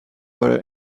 butter